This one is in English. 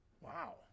Wow